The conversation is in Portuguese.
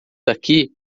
daqui